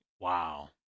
Wow